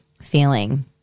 feeling